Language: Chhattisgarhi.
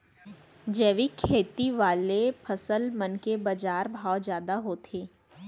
जैविक खेती वाले फसल मन के बाजार भाव जादा होथे